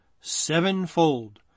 sevenfold